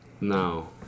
No